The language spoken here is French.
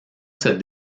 cette